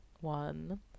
one